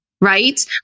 right